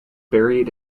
buried